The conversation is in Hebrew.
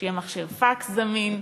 שיהיה מכשיר פקס זמין,